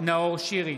נאור שירי,